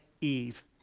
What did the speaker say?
Eve